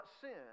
sin